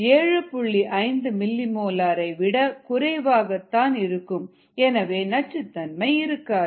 5 millimolar ஐ விட குறைவாக தான் இருக்கும் எனவே நச்சுத்தன்மை இருக்காது